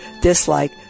dislike